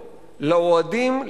לאוהדים,